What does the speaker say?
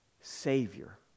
Savior